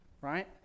right